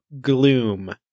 gloom